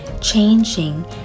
changing